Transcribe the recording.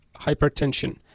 hypertension